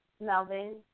Melvin